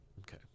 Okay